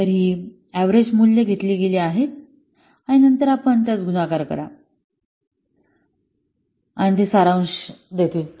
तर ही एव्हरेज मूल्ये घेतली गेली आहेत आणि नंतर आपण त्यास गुणाकार करा आणि ते सारांश घेतील